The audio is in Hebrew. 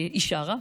היא שרה.